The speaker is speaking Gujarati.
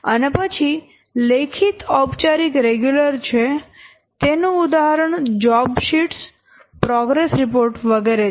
અને પછી લેખિત ઔપચારિક રેગ્યુલર છે તેનું ઉદાહરણ જોબ શીટ્સ પ્રોગ્રેસ રિપોર્ટ વગેરે છે